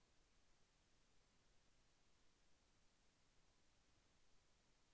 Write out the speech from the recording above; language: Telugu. భీమ వల్లన ప్రయోజనం ఏమిటి?